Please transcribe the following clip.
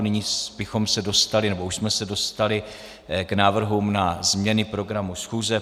Nyní bychom se dostali, nebo už jsme se dostali k návrhům na změny programu schůze.